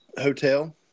hotel